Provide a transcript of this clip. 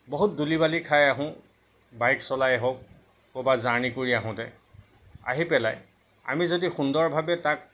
বহুত ধূলি বালি খাই আহোঁ বাইক চলাই হওক ক'ৰবাত জাৰ্নি কৰি আহোঁতে আহি পেলাই আমি যদি সুন্দৰভাৱে তাক